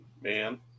man